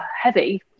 heavy